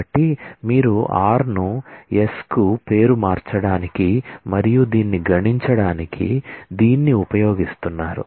కాబట్టి మీరు r ను s కు పేరు మార్చడానికి మరియు దీన్ని గణించడానికి దీన్ని ఉపయోగిస్తున్నారు